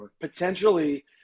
Potentially